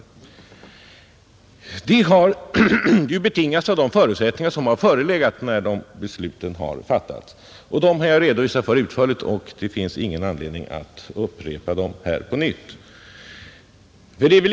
Den handläggningen har ju betingats av de förutsättningar som har förelegat när besluten har fattats, Dem har jag redovisat utförligt, och det finns ingen anledning att upprepa dem här.